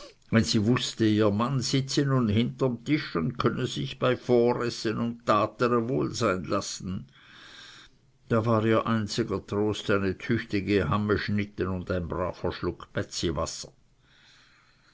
wenn sie wußte ihr mann sitze nun hinterm tische und könne sich bei voresse und datere wohl sein lassen da war ihr einziger trost eine tüchtige hammeschnitte und ein braver schluck